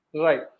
right